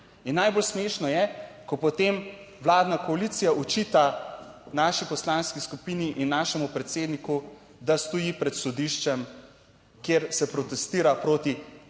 najbolj smešno je, ko potem vladna koalicija očita naši poslanski skupini in našemu predsedniku, da stoji pred sodiščem, kjer se protestira proti